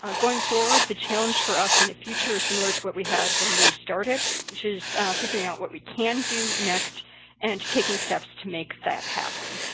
ah going forward the challenge for us in the future is similar to what we had when we started which is figuring out what we can do next and taking steps to make that happen.